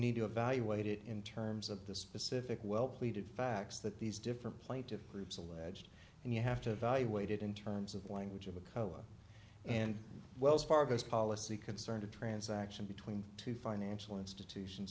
need to evaluate it in terms of the specific well pleated facts that these different plaintiffs groups alleged and you have to evaluate it in terms of language of a color and wells fargo's policy concerned a transaction between two financial institutions